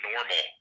normal